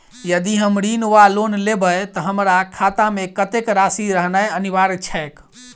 यदि हम ऋण वा लोन लेबै तऽ हमरा खाता मे कत्तेक राशि रहनैय अनिवार्य छैक?